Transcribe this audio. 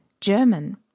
German